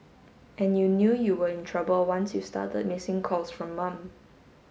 and you knew you were in trouble once you started missing calls from mum